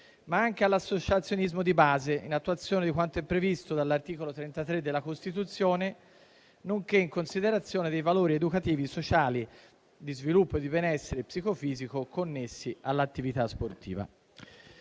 sia anche all'associazionismo di base, in attuazione di quanto è previsto dall'articolo 33 della Costituzione, nonché in considerazione dei valori educativi, sociali, di sviluppo e di benessere psicofisico connessi all'attività sportiva.